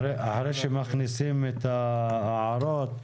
אחרי שמכניסים את ההערות,